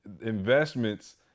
investments